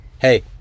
Hey